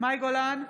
מאי גולן,